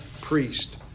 priest